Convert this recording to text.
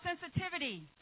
sensitivity